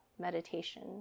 meditation